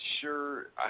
sure